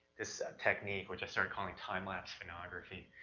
this technique which i started calling time-lapse phonography.